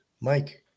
Mike